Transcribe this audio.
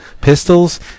pistols